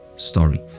story